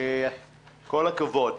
כל הכבוד.